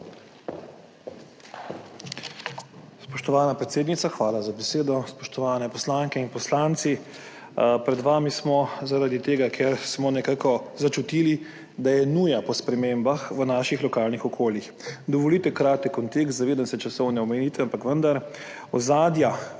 Spoštovana predsednica, hvala za besedo. Spoštovane poslanke in poslanci! Pred vami smo zaradi tega, ker smo nekako začutili, da je nuja po spremembah v naših lokalnih okoljih. Dovolite kratek kontekst, zavedam se časovne omejitve, ampak vendar, ozadja